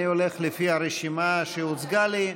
אני הולך לפי הרשימה שהוצגה לי.